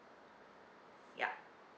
yup